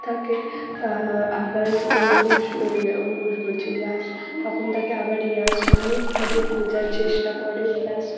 তাকে আবার অঙ্কুশ ইয়ে অঙ্কুশ বলছি যশ তখন তাকে আবার যশ অনেকভাবে খোঁজার চেষ্টা করে প্লাস